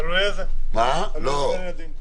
תלוי איזה גן ילדים.